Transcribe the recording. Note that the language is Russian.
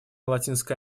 латинской